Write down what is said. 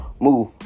Move